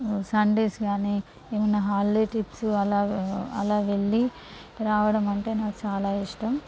Sundays కానీ ఏమన్న holiday trips అలా అలా వెళ్ళి రావడం అంటే నాకు చాలా ఇష్టం